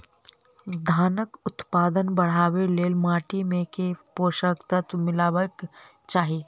धानक उत्पादन बढ़ाबै लेल माटि मे केँ पोसक तत्व मिलेबाक चाहि?